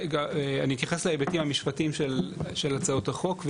אני אתייחס להיבטים המשפטיים של הצעת החוק,